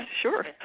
sure